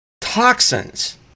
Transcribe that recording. toxins